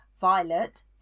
violet